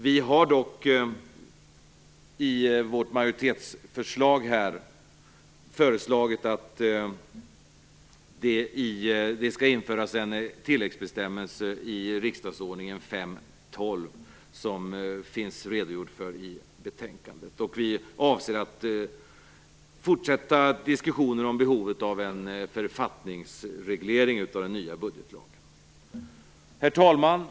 Vi har dock i vårt majoritetsförslag föreslagit att det skall införas en tilläggsbestämmelse i RO 5:12, vilket finns redogjort för i betänkandet. Vi avser att fortsätta diskussionen om behovet av en författningsreglering av den nya budgetlagen. Herr talman!